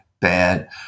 bad